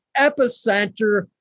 epicenter